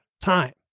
time